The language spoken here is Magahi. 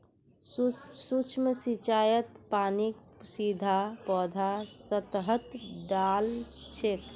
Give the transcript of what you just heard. सूक्ष्म सिंचाईत पानीक सीधा पौधार सतहत डा ल छेक